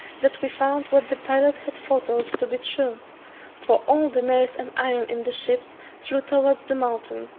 that we found what the pilot had foretold to be true for all the nails and iron in the ships flew towards the mountain,